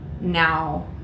now